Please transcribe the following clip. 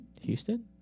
Houston